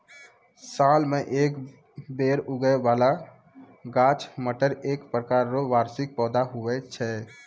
साल मे एक बेर उगै बाला गाछ मटर एक प्रकार रो वार्षिक पौधा हुवै छै